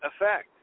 effect